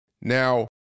Now